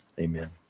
Amen